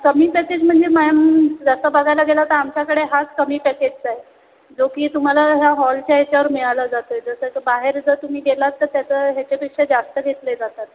कमी पॅकेज म्हणजे मॅम जसं बघायला गेलं तर आमच्याकडे हाच कमी पॅकेजचा आहे जो की तुम्हाला ह्या हॉलच्या ह्याच्यावर मिळालं जातं जसं की बाहेर जर तुम्ही गेलात तर त्याचं ह्याच्यापेक्षा जास्त घेतले जातात